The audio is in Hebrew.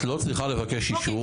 את לא צריכה לבקש אישור.